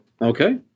Okay